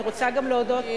אני רוצה גם להודות,